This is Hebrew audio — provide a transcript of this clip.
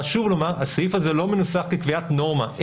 חשוב לומר שהסעיף הזה לא מנוסח כקביעת נורמה.